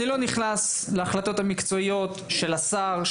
אני לא נכנס להחלטות המקצועיות של השר,